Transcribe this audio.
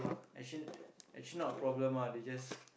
actually actually not a problem ah they just